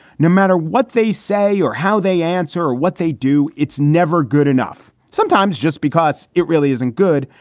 no matter what they say or how they answer or what they do. it's never good enough. sometimes just because it really isn't good.